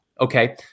okay